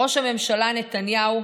ראש הממשלה נתניהו,